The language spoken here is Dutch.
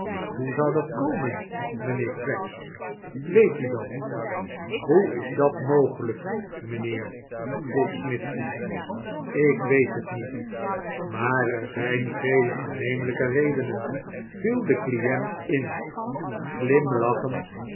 ho zou dat komen mijnheeir craggs weet u dat hoe is dat mogelijk mijnheer vroeg snitchey ik weet het niet maar er zijn vele aannemelijke redenein viel de client in